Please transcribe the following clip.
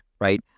right